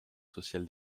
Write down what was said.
social